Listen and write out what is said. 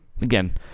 again